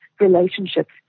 relationships